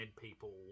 people